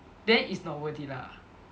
then is not worth it lah